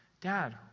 Dad